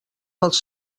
pels